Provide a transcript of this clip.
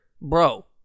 Bro